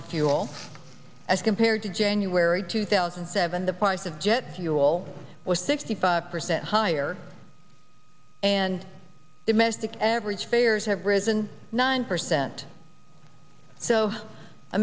of fuel as compared to january two thousand and seven the price of jet fuel was sixty five percent higher and domestic average fares have risen nine percent so i